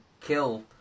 kill